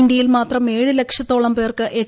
ഇന്ത്യയിൽ മാത്രം ഏഴ് ലക്ഷത്തോളം പേർക്ക് എച്ച്